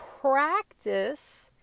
practice